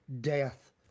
death